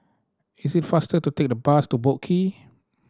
is it faster to take the bus to Boat Quay